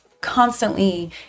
constantly